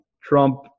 Trump